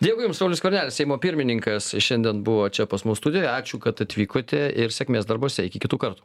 dėkui jums saulius skvernelis seimo pirmininkas šiandien buvo čia pas mus studijoje ačiū kad atvykote ir sėkmės darbuose iki kitų kartų